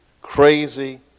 crazy